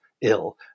ill